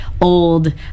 old